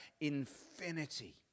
infinity